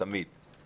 תמיד,